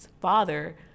Father